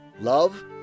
love